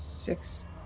Six